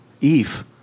Eve